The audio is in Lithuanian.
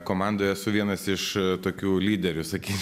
komandoj esu vienas iš tokių lyderių sakyčiau